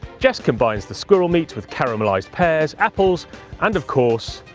jess combines the squirrel meat with caramelised pears, apples and, of course,